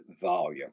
volume